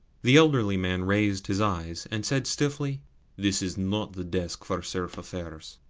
the elderly man raised his eyes, and said stiffly this is not the desk for serf affairs.